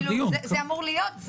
זה אמור להיות.